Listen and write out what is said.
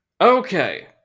Okay